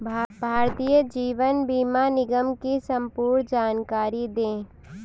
भारतीय जीवन बीमा निगम की संपूर्ण जानकारी दें?